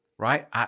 Right